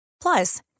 Plus